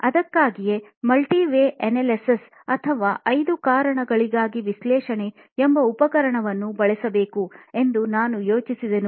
ಅದಕ್ಕಾಗಿಯೇ multi why analysis ಅಥವಾ 5 ಕಾರಣಗಳಿಗಾಗಿ ವಿಶ್ಲೇಷಣೆ ಎಂಬ ಉಪಕರಣವನ್ನು ಬಳಸಬೇಕು ಎಂದು ನಾನು ಯೋಚಿಸಿದೆನು